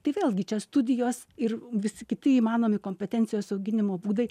tai vėlgi čia studijos ir visi kiti įmanomi kompetencijos auginimo būdai